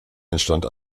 entstand